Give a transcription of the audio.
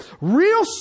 Real